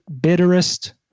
bitterest